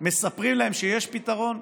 מספרים להם שיש פתרון,